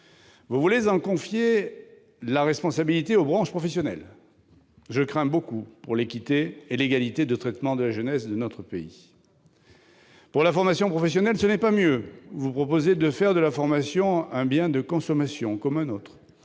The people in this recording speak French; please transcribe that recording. Vous voulez en confier la responsabilité aux branches professionnelles. J'ai de grandes craintes pour l'équité et l'égalité de traitement de la jeunesse de notre pays. Pour ce qui concerne la formation professionnelle, ce n'est pas mieux. Vous proposez de faire de la formation un bien de consommation comme un autre,